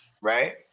right